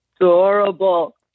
Adorable